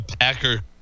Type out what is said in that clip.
Packer